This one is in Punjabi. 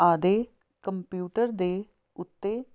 ਆਪਦੇ ਕੰਪਿਊਟਰ ਦੇ ਉੱਤੇ